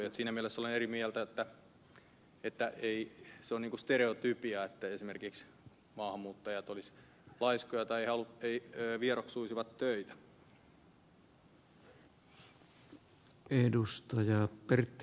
siinä mielessä olen eri mieltä siitä se on niin kuin stereotypia että esimerkiksi maahanmuuttajat olisivat laiskoja tai vieroksuisivat töitä